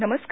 नमस्कार